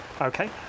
Okay